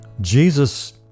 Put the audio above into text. Jesus